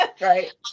Right